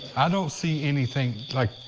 i don't see anything, like,